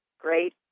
great